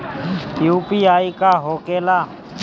UPI का होके ला?